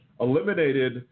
eliminated